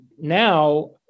now